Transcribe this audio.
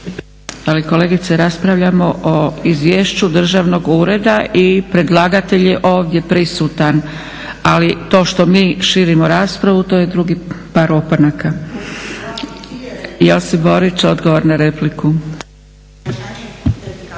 Ali kolegice raspravljamo o Izvješću državnog ureda i predlagatelj je ovdje prisutan. Ali to što mi širimo raspravu to je drugi par opanaka. …/Upadica se ne čuje./… Josip Borić, odgovor na repliku.